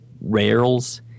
rails